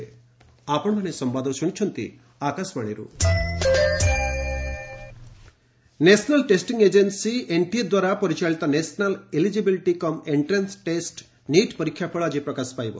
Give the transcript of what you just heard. NEET national testing agency NTA ଦ୍ୱାରା ପରିଚାଳିତ national eligibility cum entrance test NEET ପରୀକ୍ଷାଫଳ ଆଜି ପ୍ରକାଶ ପାଇବ